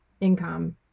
income